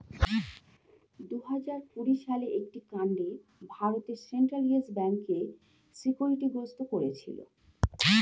দুহাজার কুড়ি সালের একটি কাণ্ডে ভারতের সেন্ট্রাল ইয়েস ব্যাঙ্ককে সিকিউরিটি গ্রস্ত করেছিল